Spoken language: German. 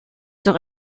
durch